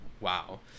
Wow